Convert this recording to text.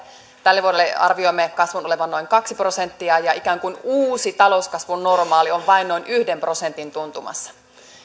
tälle vuodelle arvioimme kasvun olevan noin kaksi prosenttia ja ikään kuin uusi talouskasvun normaali on vain noin yhden prosentin tuntumassa